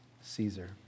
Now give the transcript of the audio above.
Caesar